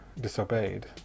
disobeyed